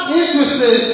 interested